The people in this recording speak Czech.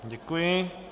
Děkuji.